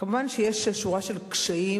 כמובן, יש שורה של קשיים,